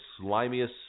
slimiest